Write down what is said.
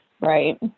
Right